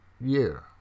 year